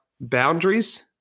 boundaries